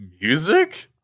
Music